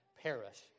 perish